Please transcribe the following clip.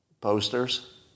posters